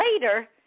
later